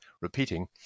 repeating